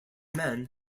men